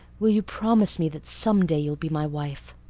will you promise me that some day you'll be my wife?